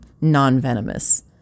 non-venomous